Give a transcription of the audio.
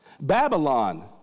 Babylon